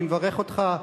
אני מברך אותך,